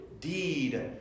deed